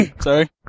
Sorry